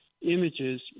images